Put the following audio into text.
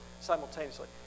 simultaneously